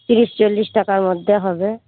তিরিশ চল্লিশ টাকার মধ্যে হবে